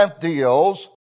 deals